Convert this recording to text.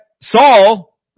Saul